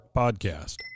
podcast